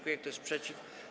Kto jest przeciw?